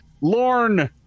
Lorne